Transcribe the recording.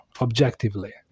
objectively